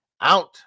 out